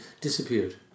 disappeared